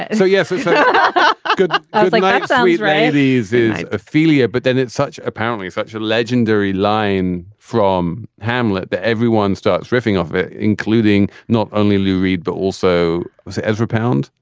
so yes it's but good i think like but but he's right he's the ophelia but then it's such apparently such a legendary line from hamlet that everyone starts riffing off it including not only lou reed but also with ezra pound.